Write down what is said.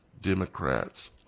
Democrats